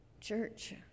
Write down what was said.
Church